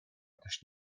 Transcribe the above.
ktoś